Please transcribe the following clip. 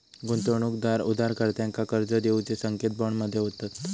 गुंतवणूकदार उधारकर्त्यांका कर्ज देऊचे संकेत बॉन्ड मध्ये होतत